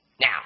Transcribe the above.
Now